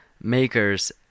makers